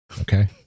okay